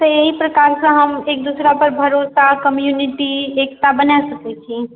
तऽ एहि प्रकारसँ हम एक दोसरापर भरोसा कम्यूनिटी एकता बनाए सकैत छी